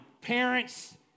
Parents